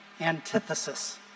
antithesis